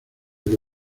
que